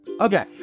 Okay